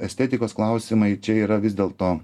estetikos klausimai čia yra vis dėlto